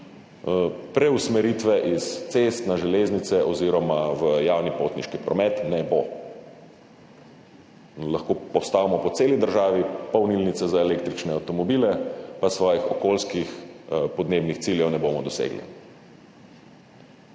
preusmeritve iz cest na železnice oziroma v javni potniški promet ne bo. Lahko postavimo polnilnice za električne avtomobile po celi državi, pa svojih okoljskih podnebnih ciljev ne bomo dosegli.